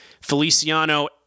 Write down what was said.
Feliciano